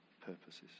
purposes